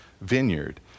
vineyard